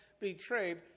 betrayed